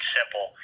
Simple